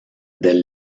del